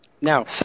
Now